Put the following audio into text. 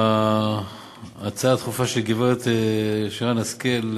ההצעה הדחופה של גברת שרן השכל,